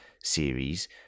series